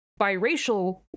biracial